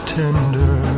tender